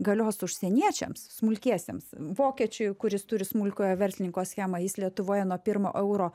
galios užsieniečiams smulkiesiems vokiečiui kuris turi smulkiojo verslininko schemą jis lietuvoje nuo pirmo euro